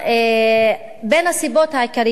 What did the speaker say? בין הסיבות העיקריות,